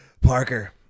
Parker